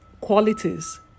qualities